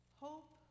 hope